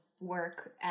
work